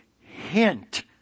hint